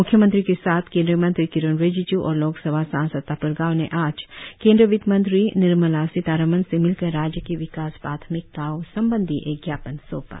म्ख्यमंत्री के साथ केंद्रीय मंत्री किरेन रिजिज् और लोक सभा सांसद तापिर गाव ने आज केंद्रीय वित्तमंत्री निर्मला सीतारामन से मिलकर राज्य की विकास प्राथमिकताओं संबंधी एक ज्ञापन सौंपा